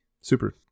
super